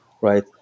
right